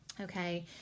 Okay